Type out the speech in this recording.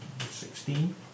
Sixteen